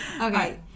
Okay